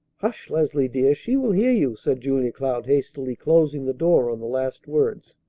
hush, leslie, dear! she will hear you! said julia cloud, hastily closing the door on the last words.